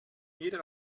jeder